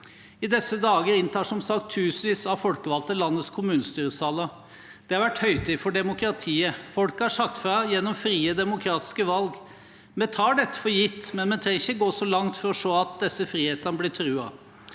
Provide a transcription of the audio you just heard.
I disse dager inntar som sagt tusenvis av folkevalgte landets kommunestyresaler. Det har vært høytid for demokratiet. Folket har sagt fra gjennom frie, demokratiske valg. Vi tar dette for gitt, men vi trenger ikke gå så langt for å se at disse frihetene blir truet.